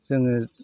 जोङो